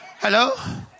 Hello